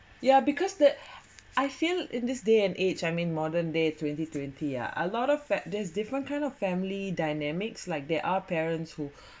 yeah because that I feel in this day and age I mean modern day twenty twenty uh a lot of fam~ there's different kind of family dynamics like there are parents who